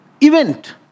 event